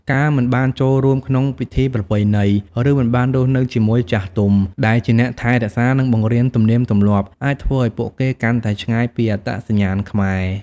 ការមិនបានចូលរួមក្នុងពិធីប្រពៃណី ឬមិនបានរស់នៅជាមួយចាស់ទុំ ដែលជាអ្នកថែរក្សា និងបង្រៀនទំនៀមទម្លាប់ អាចធ្វើឱ្យពួកគេកាន់តែឆ្ងាយពីអត្តសញ្ញាណខ្មែរ។